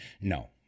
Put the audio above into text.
No